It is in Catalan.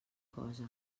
cosa